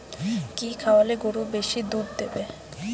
কি খাওয়ালে গরু বেশি দুধ দেবে?